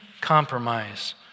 compromise